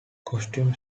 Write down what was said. costume